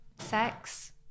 sex